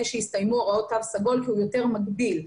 שיסתיימו הוראות תו סגול כי הוא יותר מגביל,